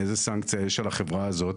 איזו סנקציה יש על החברה הזאת